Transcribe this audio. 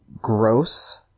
gross